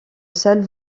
salle